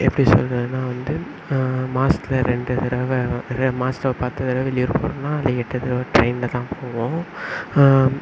எப்படி சொல்கிறதுன்னா வந்து நான் மாசத்தில் ரெண்டு தடவை அதே மாசத்தில் ஒரு பத்து தடவை வெளியூர் போகிறேன்னா அதில் எட்டு தடவை ட்ரெயினில் தான் போவோம்